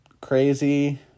crazy